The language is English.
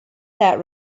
that